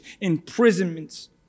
imprisonments